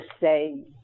say